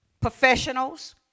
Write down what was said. Professionals